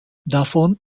davon